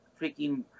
freaking